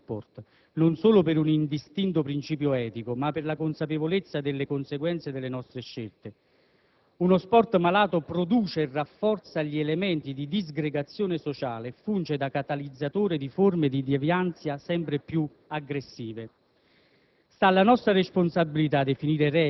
Noi invece abbiamo l'obbligo di riaffermare i valori dello sport. Non solo per un indistinto principio etico, ma per la consapevolezza delle conseguenze delle nostre scelte: uno sport malato produce e rafforza gli elementi di disgregazione sociale e funge da catalizzatore di forme di devianza sempre più aggressive.